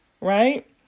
right